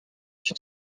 sur